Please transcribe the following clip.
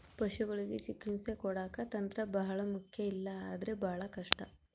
ಪಶುಗಳಿಗೆ ಚಿಕಿತ್ಸೆ ಕೊಡಾಕ ತಂತ್ರ ಬಹಳ ಮುಖ್ಯ ಇಲ್ಲ ಅಂದ್ರೆ ಬಹಳ ಕಷ್ಟ